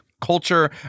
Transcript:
culture